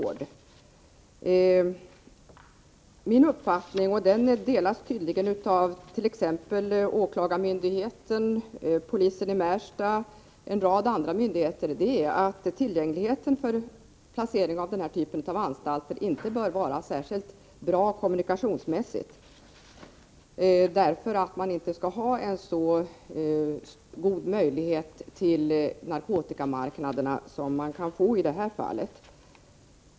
När det gäller placeringen av denna typ av anstalt är det min uppfattning — som tydligen delas av t.ex. åklagarmyndigheten, polisen i Märsta och en rad andra myndigheter — att tillgängligheten till anstalten inte bör vara särskilt bra kommunikationsmässigt. De intagna vid anstalten skall inte ha så god möjlighet att nå narkotikamarknaderna som de kan få i detta fall.